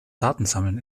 datensammeln